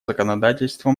законодательства